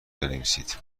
بنویسید